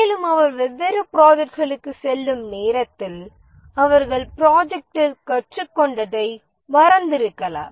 மேலும் அவர் வெவ்வேறு ப்ராஜெக்ட்களுக்குச் செல்லும் நேரத்தில் அவர்கள் ப்ராஜெக்ட்டில் கற்றுக்கொண்டதை மறந்திருக்கலாம்